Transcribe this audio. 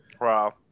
Wow